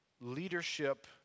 leadership